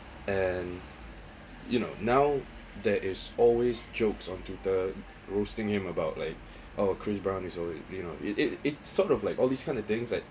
and you know now that is always jokes onto the roasting him about like oh chris brown is already you know it it it sort of like all these kind of things like